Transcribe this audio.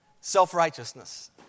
Self-righteousness